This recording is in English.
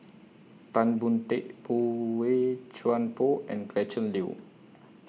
Tan Boon Teik Boey Chuan Poh and Gretchen Liu